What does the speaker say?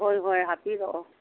ꯍꯣꯏ ꯍꯣꯏ ꯍꯥꯞꯄꯤꯔꯛꯑꯣ